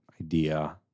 idea